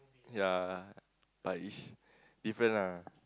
ya but it's different ah